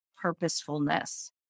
purposefulness